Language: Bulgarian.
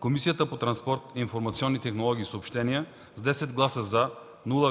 Комисията по транспорт, информационни технологии и съобщения с 10 гласа „за”,